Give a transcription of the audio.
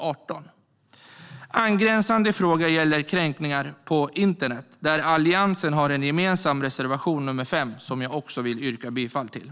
En angränsande fråga gäller kränkningar på internet, där Alliansen har en gemensam reservation - reservation 5 - som jag också vill yrka bifall till.